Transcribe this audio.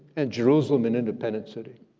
and jerusalem an independent city.